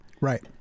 Right